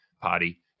party